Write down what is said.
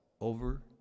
over